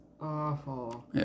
awful